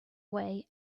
way